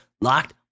Locked